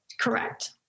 Correct